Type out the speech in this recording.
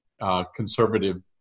conservative